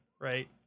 right